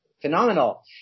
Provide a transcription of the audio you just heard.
phenomenal